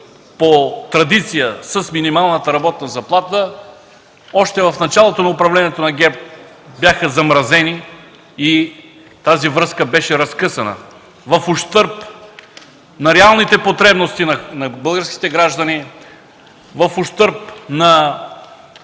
по традиция с минималната работна заплата. Още в началото на управлението на ГЕРБ бяха замразени. Тази връзка беше разкъсана в ущърб на реалните потребности на българските граждани, в ущърб на